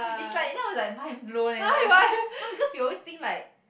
is like that was like mind blown eh like !huh! no because you always think like